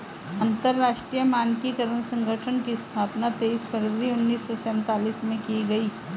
अंतरराष्ट्रीय मानकीकरण संगठन की स्थापना तेईस फरवरी उन्नीस सौ सेंतालीस में की गई